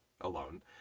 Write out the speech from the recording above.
alone